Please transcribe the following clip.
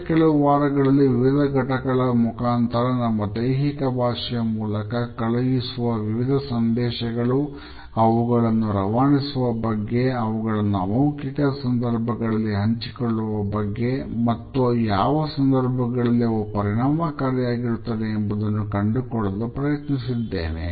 ಕಳೆದ ಕೆಲವು ವಾರಗಳಲ್ಲಿ ವಿವಿಧ ಘಟಕಗಳ ಮುಖಾಂತರ ನಮ್ಮ ದೈಹಿಕ ಭಾಷೆಯ ಮೂಲಕ ಕಳುಹಿಸುವ ವಿವಿಧ ಸಂದೇಶಗಳು ಅವುಗಳನ್ನು ರವಾನಿಸುವ ಬಗ್ಗೆ ಅವುಗಳನ್ನು ಅಮೌಖಿಕ ವಿಧಾನದಲ್ಲಿ ಹಂಚಿಕೊಳ್ಳುವ ಬಗ್ಗೆ ಮತ್ತು ಯಾವ ಸಂದರ್ಭಗಳಲ್ಲಿ ಅವು ಪರಿಣಾಮಕಾರಿಯಾಗಿರುತ್ತವೆ ಎಂಬುದನ್ನು ಕಂಡುಕೊಳ್ಳಲು ಪ್ರಯತ್ನಿಸಿದ್ದೇನೆ